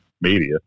media